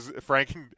Frank